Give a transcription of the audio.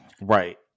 Right